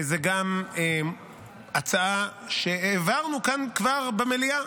זאת גם הצעה שהעברנו כאן כבר במליאה,